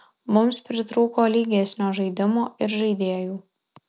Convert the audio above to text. mums pritrūko lygesnio žaidimo ir žaidėjų